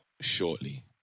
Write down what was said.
shortly